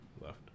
left